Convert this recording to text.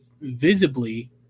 visibly